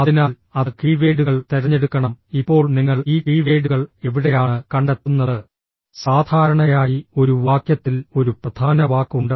അതിനാൽ അത് കീവേഡുകൾ തിരഞ്ഞെടുക്കണം ഇപ്പോൾ നിങ്ങൾ ഈ കീവേഡുകൾ എവിടെയാണ് കണ്ടെത്തുന്നത് സാധാരണയായി ഒരു വാക്യത്തിൽ ഒരു പ്രധാന വാക്ക് ഉണ്ട്